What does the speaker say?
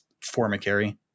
Formicary